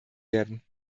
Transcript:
werden